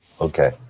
Okay